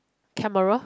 camera